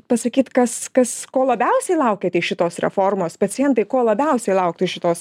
pasakyt kas kas ko labiausiai laukiat iš šitos reformos pacientai ko labiausiai lauktų šitos